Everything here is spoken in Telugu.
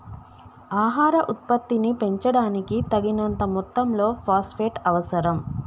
ఆహార ఉత్పత్తిని పెంచడానికి, తగినంత మొత్తంలో ఫాస్ఫేట్ అవసరం